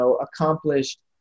accomplished